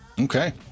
Okay